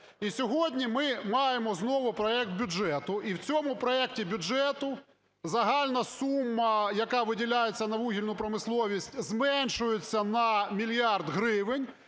сьогодні ми маємо знову проект бюджету. І в цьому проекті бюджету загальна сума, яка виділяється на вугільну промисловість, зменшується на мільярд гривень.